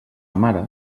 mare